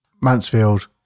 Mansfield